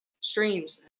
streams